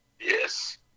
Yes